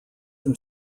them